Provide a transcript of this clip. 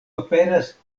aperas